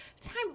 Time